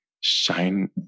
shine